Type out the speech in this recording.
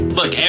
look